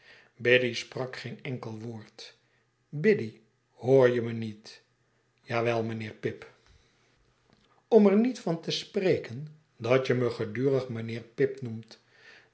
biddy sprak geen enkel woord biddy hoor je me niet ja wel mijnheer pip om er niet van te spreken dat je me gedurig mijnheer pip noemt